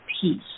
peace